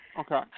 Okay